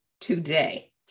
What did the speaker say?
today